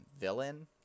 villain